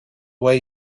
way